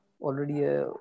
already